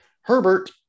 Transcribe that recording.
Herbert